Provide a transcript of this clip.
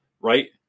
right